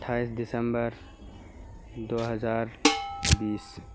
اٹھائیس دسمبر دوہزار بیس